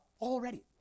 already